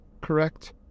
correct